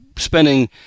spending